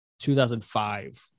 2005